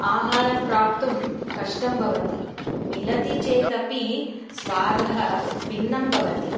आहारं प्राप्तुं कष्टं भवति मिलति चेदपि स्वादः भिन्नं भवति